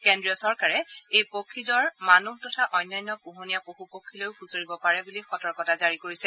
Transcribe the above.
কেড্ৰীয় চৰকাৰে এই পক্ষীজৰ মানুহ তথা অন্যান্য পোহনীয়া পশু পক্ষীলৈও সোচৰিব পাৰে বুলি সতৰ্কতা জাৰি কৰিছে